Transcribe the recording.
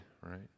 right